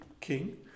king